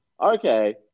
okay